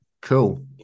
cool